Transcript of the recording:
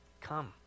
Come